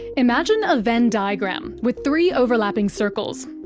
imagine a venn diagram with three overlapping circles.